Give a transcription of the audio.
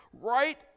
right